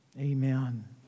Amen